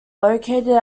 located